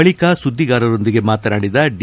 ಬಳಿಕ ಸುದ್ದಿಗಾರರೊಂದಿಗೆ ಮಾತನಾಡಿದ ಡಿ